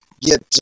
get